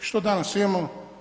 Što danas imamo?